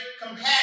compassion